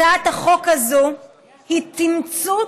הצעת החוק הזאת היא תמצות